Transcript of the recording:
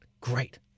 great